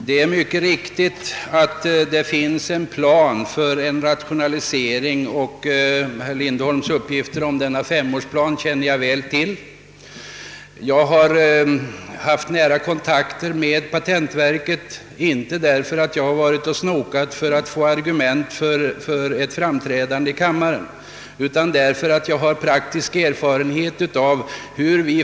Herr talman! Jag känner väl till de uppgifter som herr Lindholm lämnade om den femårsplan för rationalisering som finns inom patentverket — jag har haft nära kontakter med verket.